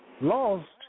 lost